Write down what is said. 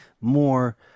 more